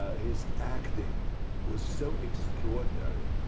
his acting was so extraordinary,